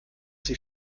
sie